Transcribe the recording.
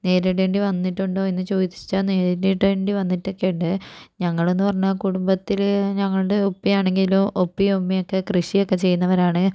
നേരിടേണ്ടി വന്നിട്ടുണ്ടോ എന്ന് ചോദിച്ചാൽ നേരിടേണ്ടി വന്നിട്ടൊക്കെയുണ്ട് ഞങ്ങള് എന്ന് പറഞ്ഞാൽ കുടുംബത്തില് ഞങ്ങൾടെ ഉപ്പയാണെങ്കിലും ഉപ്പയും ഉമ്മയൊക്കെ കൃഷിയൊക്കെ ചെയ്യുന്നവരാണ്